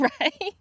Right